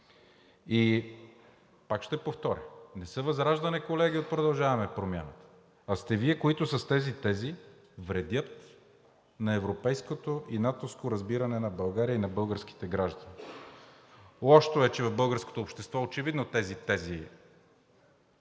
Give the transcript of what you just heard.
Пак ще повторя – не са ВЪЗРАЖДАНЕ, колеги от „Продължаваме Промяната“, а сте Вие, които с тези тези вредят на европейското и натовското разбиране на България и на българските граждани. Лошото е, че в българското общество очевидно тези тези